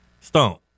Stone